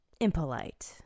impolite